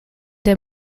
des